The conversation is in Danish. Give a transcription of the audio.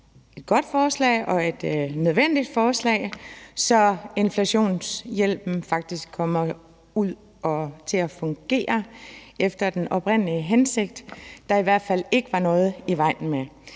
et godt forslag og et nødvendigt forslag, for at inflationshjælpen faktisk kommer til at fungere efter den oprindelige hensigt, der i hvert fald ikke var noget i vejen med.